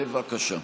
בבקשה.